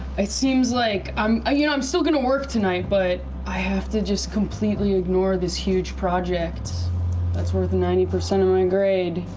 it seems like, um ah you know, i'm still going to work tonight, but i have to just completely ignore this huge project that's worth ninety percent of my and grade.